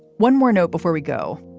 one more note before we go.